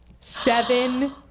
Seven